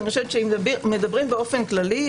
אם מדברים באופן כללי,